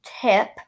tip